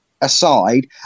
aside